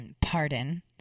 Pardon